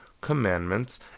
commandments